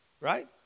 Right